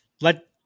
Let